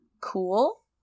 cool